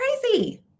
crazy